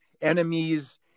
enemies